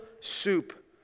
soup